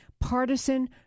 partisan